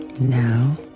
Now